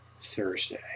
Thursday